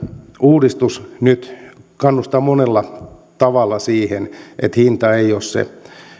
uudistus nyt kannustaa monella tavalla siihen että hinta ei ole se